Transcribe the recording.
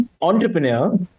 entrepreneur